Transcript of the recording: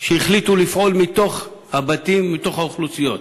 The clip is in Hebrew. שהחליטו לפעול מתוך הבתים, מתוך האוכלוסיות.